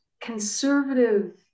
conservative